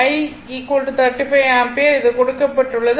5 I35 ampere இது கொடுக்கப்பட்டுள்ளது